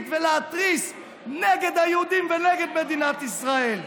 ולהתריס נגד היהודים ונגד מדינת ישראל.